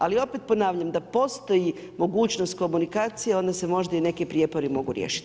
Ali opet ponavljam da postoji mogućnost komunikacije, onda se možda i neki prijepori mogu riješit.